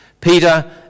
Peter